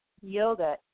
yoga